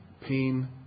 pain